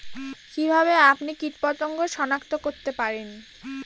কিভাবে আপনি কীটপতঙ্গ সনাক্ত করতে পারেন?